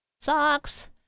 socks